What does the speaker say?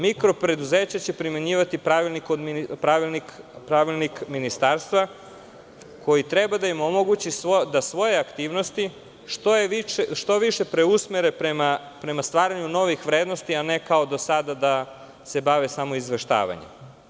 Mikropreduzeća će primenjivati Pravilnik ministarstva, koji treba da im omogući da svoje aktivnosti što više preusmere prema stvaranju novih vrednosti, a ne kao do sada da se bave samo izveštavanjem.